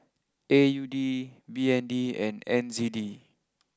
A U D B N D and N Z D